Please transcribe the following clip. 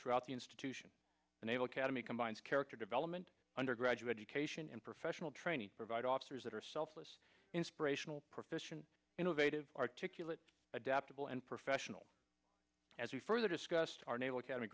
throughout the institution the naval academy combines character development undergraduate education and professional training provide officers that are selfless inspirational proficient innovative articulate adaptable and professional as we further discussed our naval academy